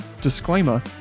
disclaimer